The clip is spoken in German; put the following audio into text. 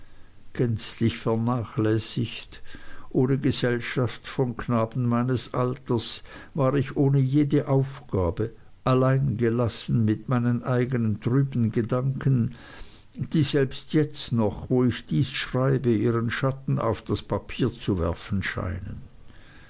gänzlich vernachlässigt ohne gesellschaft von knaben meines alters war ich ohne jede ansprache allein gelassen mit meinen eignen trüben gedanken die selbst jetzt noch wo ich dies schreibe ihren schatten auf das papier zu werfen scheinen